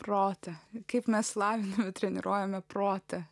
prote kaip mes laviname treniruojame protą